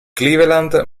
cleveland